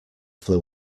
flew